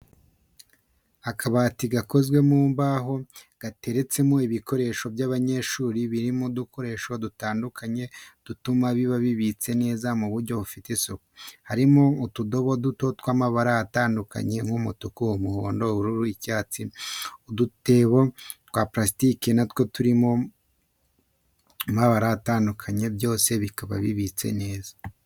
Akabati gakoze mu mbaho gateretsemo ibikoresho by'abanyeshuri biri mu dukoresho dutandukanye dutuma biba bibitse neza mu buryo bufite isuku, harimo utudobo duto tw'amabara atandukanye nk'umutuku, umuhondo, ubururu, icyatsi, udutebo twa parasitiki na two turi mu mabara atandukanye byose bikaba bibitse neza.